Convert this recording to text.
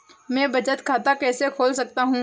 मैं बचत खाता कैसे खोल सकता हूँ?